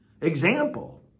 example